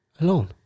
alone